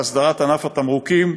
להסדרת ענף התמרוקים,